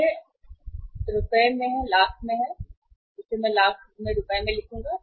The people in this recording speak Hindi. ये है लाख में रुपये आप कह सकते हैं कि यह है मैं यहाँ लाख में रुपये लिखूंगा